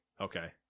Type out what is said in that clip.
Okay